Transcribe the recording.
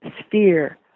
sphere